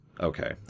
okay